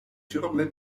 türme